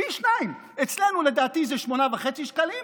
פי שניים: אצלנו לדעתי זה 17 שקלים,